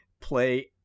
play